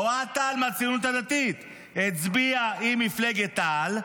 אוהד טל מהציונות הדתית הצביע עם מפלגת תע"ל.